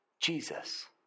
Jesus